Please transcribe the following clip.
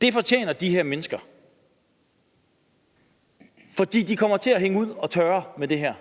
Det fortjener de her mennesker, for de kommer til at blive hængt til tørre med det her,